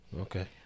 Okay